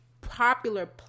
popular